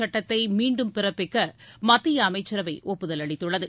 சட்டத்தை மீண்டும் பிறப்பிக்க மத்திய அமைச்சரவை ஒப்புதல் அளித்துள்ளது